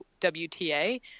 WTA